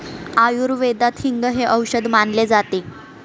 आयुर्वेदात हिंग हे औषध मानले जाते